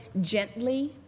gently